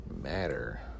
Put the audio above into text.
matter